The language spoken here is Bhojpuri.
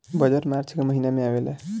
बजट मार्च के महिना में आवेला